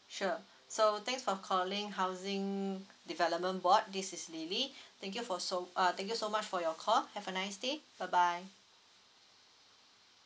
sure so thanks for calling housing development board this is lily thank you for so uh thank you so much for your call have a nice day bye bye